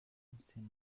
monsieur